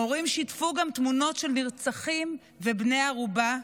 המורים גם שיתפו תמונות של נרצחים ובני ערובה,